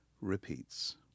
repeats